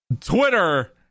Twitter